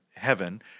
heaven